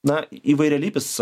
na įvairialypis